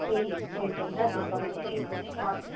त्यही toy train र त्यसको लागि चाहिँ गरिदिनु